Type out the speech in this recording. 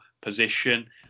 position